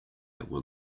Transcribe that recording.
were